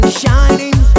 shining